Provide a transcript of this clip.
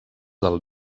del